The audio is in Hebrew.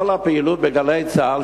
כל הפעילות ב"גלי צה"ל",